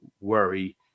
worry